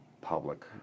public